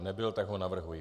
Nebyl, tak ho navrhuji.